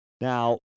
Now